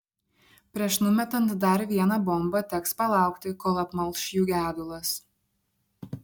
prieš numetant dar vieną bombą teks palaukti kol apmalš jų gedulas